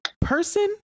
person